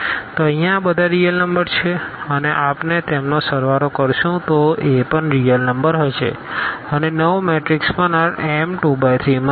તો અહિયાં આ બધા રીઅલ નંબર છે અને આપણે તેમનો સળવારો કરશું તો એ પણ રીઅલ નંબર હશે અને નવો મેટ્રિક્સ પણ આ M2×3 માં છે